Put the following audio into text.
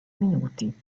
minuti